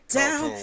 down